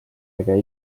äge